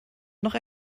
noch